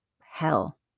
hell